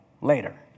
later